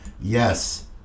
Yes